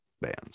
bands